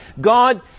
god